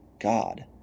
God